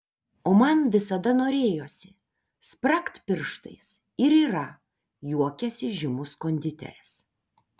o man visada norėjosi spragt pirštais ir yra juokiasi žymus konditeris